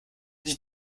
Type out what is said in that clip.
die